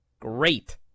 Great